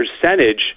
percentage